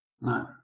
No